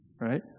right